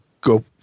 go